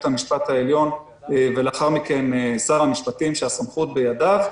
המשפט העליון ולאחר מכן שר המשפטים שהסמכות בידיו,